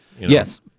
Yes